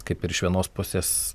kaip ir iš vienos pusės